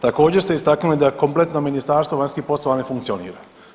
Također ste istaknuli da kompletno Ministarstvo vanjskih poslova ne funkcionira.